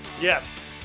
Yes